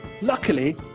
Luckily